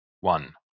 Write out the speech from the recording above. one